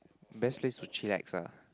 best place to chillax ah